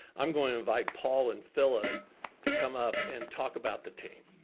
i'm going to invite paul and phillip to come up and talk about the team.